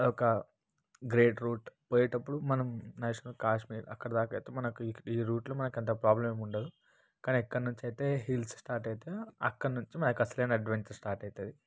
అదొక great route పోయేటప్పుడు మనం నేషనల్ కాశ్మీర్ అక్కడిదాక అయితే మనకు ఈ ఈ రూట్లో మనకు అంత ప్రాబ్లమ్ ఏముండదు కానీ ఎక్కడ నుంచి అయితే హిల్స్ స్టార్ట్ అయితే అక్కడ నుంచి అయితే మనకు అసలైన అడ్వెంచర్ స్టార్ట్ అవుతుంది